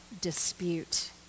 dispute